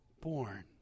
born